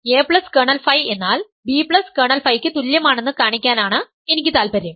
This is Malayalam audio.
a കേർണൽ Φ എന്നാൽ b കേർണൽ Φ ക്ക് തുല്യമാണെന്ന് കാണിക്കാനാണ് എനിക്ക് താല്പര്യം